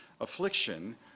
affliction